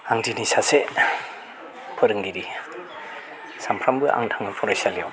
आं दिनै सासे फोरोंगिरि सानफ्रोमबो आं थाङो फरायसालिआव